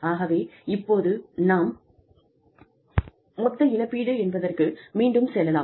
ஆகவே இப்போது நாம் மொத்த இழப்பீடு என்பதற்கு மீண்டும் செல்லலாம்